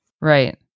Right